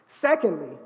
Secondly